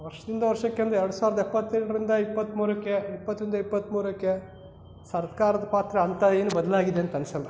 ವರ್ಷದಿಂದ ವರ್ಷಕ್ಕೆ ಅಂದ್ರೆ ಎರಡು ಸಾವಿರದ ಎಪ್ಪತ್ತೆರಡರಿಂದ ಇಪ್ಪತ್ಮೂರಕ್ಕೆ ಇಪ್ಪತ್ತರಿಂದ ಇಪ್ಪತ್ಮೂರಕ್ಕೆ ಸರ್ಕಾರದ ಪಾತ್ರ ಅಂಥ ಏನು ಬದಲಾಗಿದೆ ಅಂತ ಅನ್ಸೋಲ್ಲ